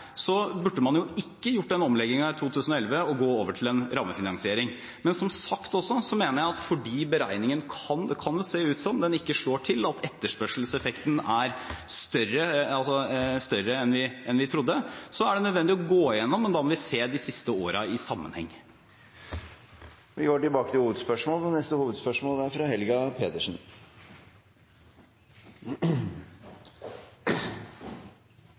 burde man ikke gjort den omleggingen i 2011, da man gikk over til en rammefinansiering. Men som sagt: Jeg mener at det kan se ut til at beregningen ikke slår til – at etterspørselseffekten er større enn vi trodde. Så det er nødvendig å gå gjennom dette, men da må vi se de siste årene i sammenheng. Vi går videre til neste hovedspørsmål – fra Helga Pedersen.